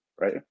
right